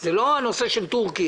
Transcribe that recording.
זה לא הנושא של טורקיה,